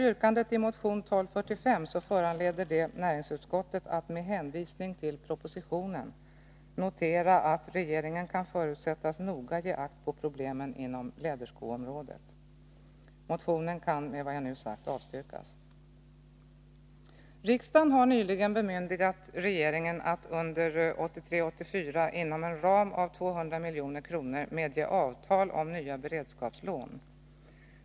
Yrkandet i motion 1245, föranleder näringsutskottet att med hänvisning till propositionen notera att regeringen kan förutsättas noga ge akt på problemen inom läderskoområdet. Motionen kan med vad jag nu sagt avstyrkas. Riksdagen har nyligen bemyndigat regeringen att under 1983/84 inom en ram av 200 milj.kr. medge avtal om nya beredskapslån.